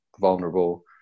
vulnerable